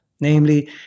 Namely